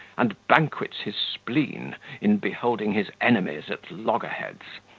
and banquets his spleen in beholding his enemies at loggerheads.